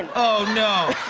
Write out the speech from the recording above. oh, no. oh,